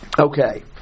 Okay